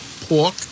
pork